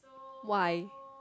why